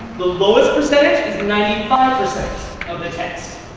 the lowest percentage is ninety five percent of the text.